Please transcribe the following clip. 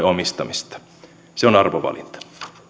omistamista se on arvovalinta